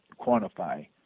quantify